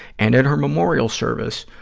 and at her memorial service,